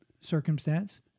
circumstance